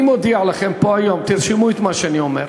אני מודיע לכם פה היום, תרשמו את מה שאני אומר,